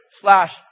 slash